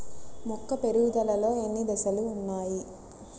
మొక్క పెరుగుదలలో ఎన్ని దశలు వున్నాయి?